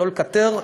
לא לקטר,